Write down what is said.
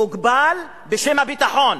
מוגבל בשם הביטחון,